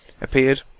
appeared